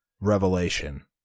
revelation